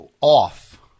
off